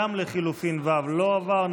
לחלופין ה' לא עברה.